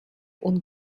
und